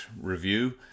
review